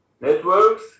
networks